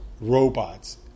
robots